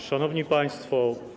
Szanowni Państwo!